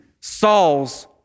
Saul's